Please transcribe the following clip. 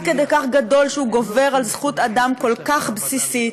כדי כך גדול שהוא גובר על זכות אדם כל כך בסיסית.